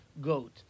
goat